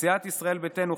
סיעת ישראל ביתנו,